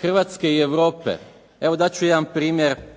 Hrvatske i Europe, evo dat ću jedan primjer.